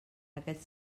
aquest